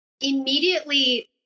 immediately